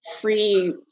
free